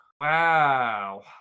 Wow